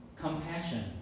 Compassion